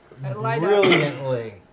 brilliantly